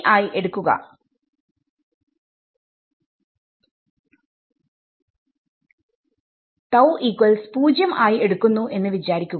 ആയി എടുക്കുന്നു എന്ന് വിചാരിക്കുക